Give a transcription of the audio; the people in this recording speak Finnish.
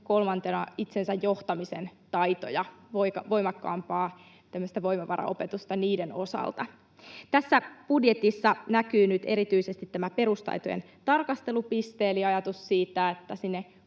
kolmantena itsensä johtamisen taitoja, tämmöistä voimakkaampaa voimavaraopetusta niiden osalta. Tässä budjetissa näkyy nyt erityisesti tämä perustaitojen tarkastelupiste, eli ajatus siitä, että sinne